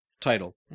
title